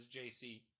jc